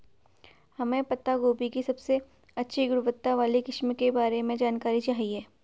हमें पत्ता गोभी की सबसे अच्छी गुणवत्ता वाली किस्म के बारे में जानकारी चाहिए?